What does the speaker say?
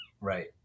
right